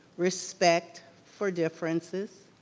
respect for differences,